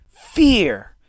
fear